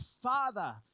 father